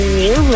new